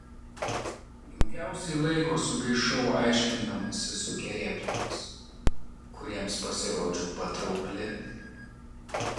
daugiausiai laiko sugaišau aiškindamasi su kerėplomis kuriems pasirodžiau patraukli